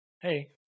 hey